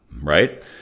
right